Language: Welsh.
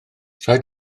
rhaid